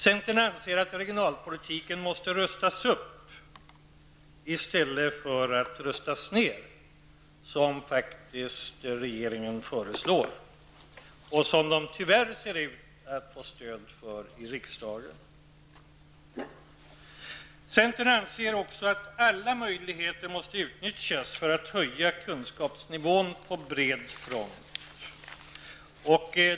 Centern anser att regionalpolitiken måste rustas upp i stället för att rustas ned -- som faktiskt regeringen föreslår och som den tyvärr ser ut att få stöd för i riksdagen. Centern anser också att alla möjligheter måste utnyttjas för att höja kunskapsnivån på fred front.